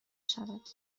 شود